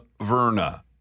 Verna